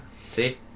See